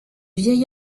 vieil